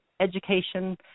education